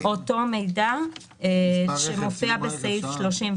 אותו מידע שמופיע בסעיף 34,